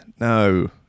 no